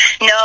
No